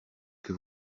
que